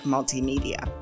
Multimedia